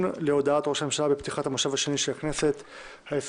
להודעת ראש הממשלה בפתיחת המושב השני של הכנסת ה-23,